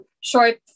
short